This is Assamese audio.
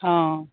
অঁ